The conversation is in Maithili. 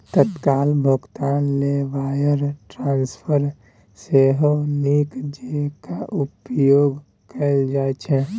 तत्काल भोगतान लेल वायर ट्रांस्फरकेँ सेहो नीक जेंका उपयोग कैल जाइत छै